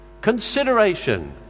Consideration